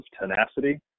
tenacity